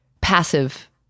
passive